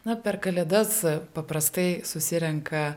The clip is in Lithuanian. na per kalėdas paprastai susirenka